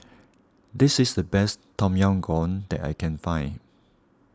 this is the best Tom Yam Goong that I can find